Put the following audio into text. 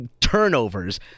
turnovers